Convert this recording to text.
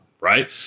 right